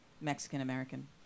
Mexican-American